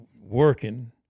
working